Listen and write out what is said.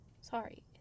Sorry